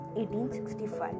1865